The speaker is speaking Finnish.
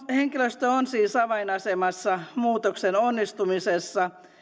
henkilöstö on siis avainasemassa muutoksen onnistumisessa